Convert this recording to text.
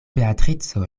beatrico